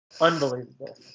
Unbelievable